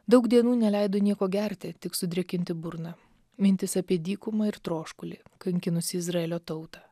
daug dienų neleido nieko gerti tik sudrėkinti burną mintys apie dykumą ir troškulį kankinusį izraelio tautą